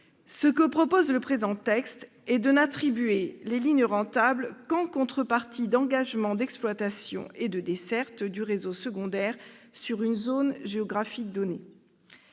Ce que propose le présent texte est de n'attribuer les lignes rentables qu'en contrepartie d'engagements d'exploitation et de desserte du réseau secondaire sur une zone géographique donnée.